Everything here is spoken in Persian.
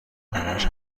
همش